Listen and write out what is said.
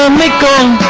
um nicole